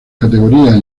categorías